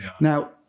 Now